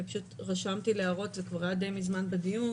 שמאוד חשוב